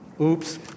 Oops